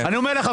אני אומר לך,